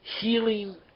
healing